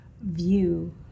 view